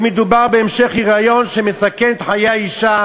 אם מדובר בהמשך היריון שמסכן את חיי האישה,